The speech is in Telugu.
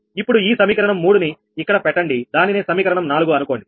ఇప్పుడు ఈ సమీకరణం 3 ని ఇక్కడ పెట్టండి దానినే సమీకరణం నాలుగు అనుకోండి